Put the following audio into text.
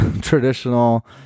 traditional